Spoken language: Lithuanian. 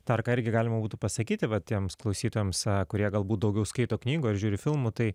dar kč irgi galima būtų pasakyti va tiems klausytojams kurie galbūt daugiau skaito knygų ar žiūri filmų tai